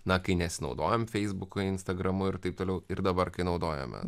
na kai nesinaudojame feisbuko instagramo ir taip toliau ir dabar kai naudojamas